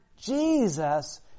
Jesus